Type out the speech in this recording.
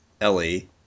Ellie